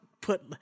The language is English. put